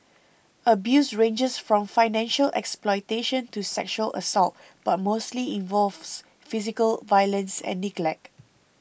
abuse ranges from financial exploitation to sexual assault but mostly involves physical violence and neglect